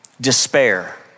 Despair